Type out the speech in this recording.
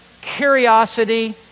curiosity